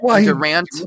Durant